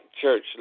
church